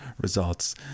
results